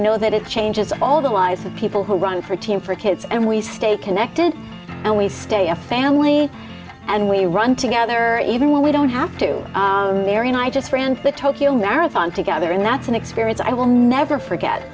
know that it changes all the lies of people who run for team for kids and we stay connected and we stay a family and we run together even when we don't have to marry and i just ran the tokyo marathon together and that's an experience i will never forget